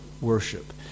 worship